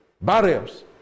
barriers